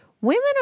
women